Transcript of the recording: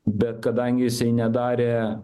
bet kadangi jisai nedarė